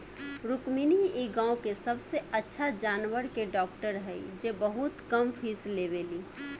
रुक्मिणी इ गाँव के सबसे अच्छा जानवर के डॉक्टर हई जे बहुत कम फीस लेवेली